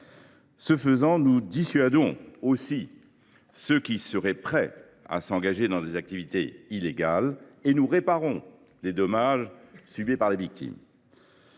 un moyen de dissuader ceux qui seraient prêts à s’engager dans des activités illégales et de réparer les dommages subis par les victimes.